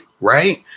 right